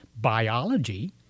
biology